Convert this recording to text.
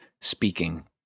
speaking